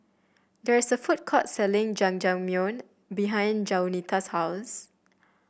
there is a food court selling Jajangmyeon behind Jaunita's house